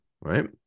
right